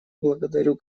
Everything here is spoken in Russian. благодарю